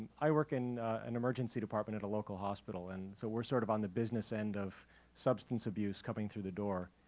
i work in and emergency department at a local hospital, and so were sort of on the business end of substance abuse coming through the door.